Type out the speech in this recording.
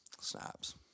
snaps